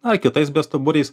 ar kitais bestuburiais